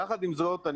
יחד עם זאת,